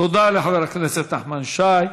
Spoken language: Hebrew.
תודה לחבר הכנסת נחמן שי.